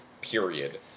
period